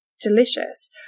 delicious